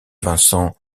vincent